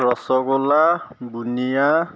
ৰসগোল্লা বুনিয়া